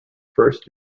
first